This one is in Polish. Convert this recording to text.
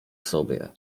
sobie